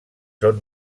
són